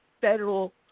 federal